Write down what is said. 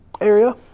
area